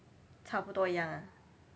差不多一样啦